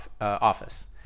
office